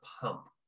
pump